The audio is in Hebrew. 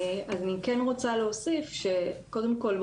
קודם כול,